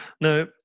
Now